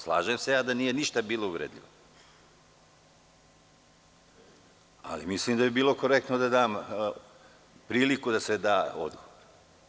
Slažem se da nije ništa bilo uvredljivo, ali mislim da je bilo korektno da dam priliku da se da odgovor.